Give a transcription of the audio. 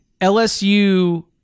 LSU